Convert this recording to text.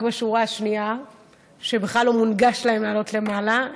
בשורה השנייה כי בכלל לא מונגש להם לעלות למעלה,